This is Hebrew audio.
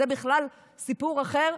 זה בכלל סיפור אחר.